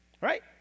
right